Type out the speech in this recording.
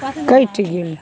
कटि गेल